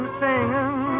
singing